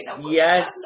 Yes